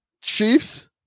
chiefs